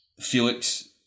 Felix